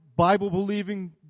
Bible-believing